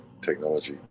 technology